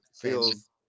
feels